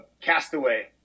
castaway